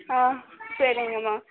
ஆ சரிங்கம்மா